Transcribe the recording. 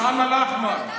ח'אן אל-אחמר,